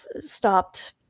stopped